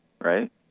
right